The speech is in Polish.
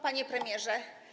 Panie Premierze!